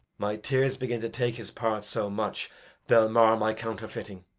my tears begin to take his part so much they'll mar my counterfeiting.